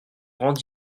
grand